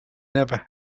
never